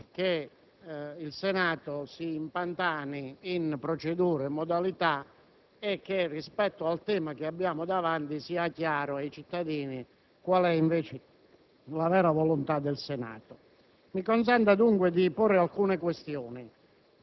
che il Senato si impantani in procedure e modalità e che, rispetto al tema che abbiamo davanti, sia chiaro ai cittadini qual è invece la vera volontà del Senato. Mi consenta dunque di porre, con richiami